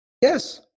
Yes